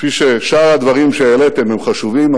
כפי ששאר הדברים שהעליתם הם חשובים,